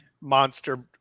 Monster